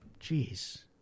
Jeez